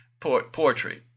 poetry